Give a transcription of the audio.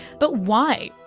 but why?